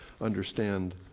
understand